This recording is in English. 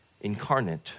incarnate